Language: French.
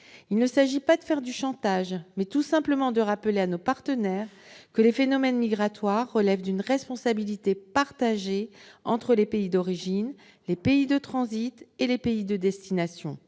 Il s'agit non pas de faire du chantage, mais tout simplement de rappeler à nos partenaires que les phénomènes migratoires relèvent d'une responsabilité partagée entre les pays d'origine, les pays de transit et les pays de destination.